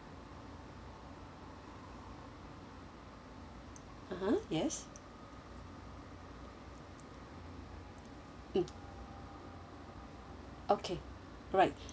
(uh huh) yes mm okay alright